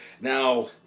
now